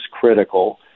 critical